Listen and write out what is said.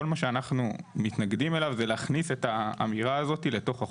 כל מה שאנחנו מתנגדים אליו זה להכניס את האמירה הזאת לתוך החוק.